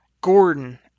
Gordon